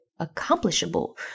accomplishable